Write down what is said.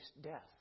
death